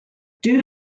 due